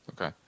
Okay